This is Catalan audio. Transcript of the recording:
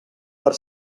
per